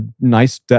nice